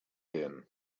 din